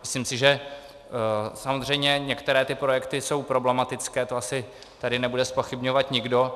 Myslím si, že samozřejmě některé ty projekty jsou problematické, to asi tady nebude zpochybňovat nikdo.